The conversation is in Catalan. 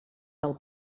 del